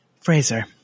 Fraser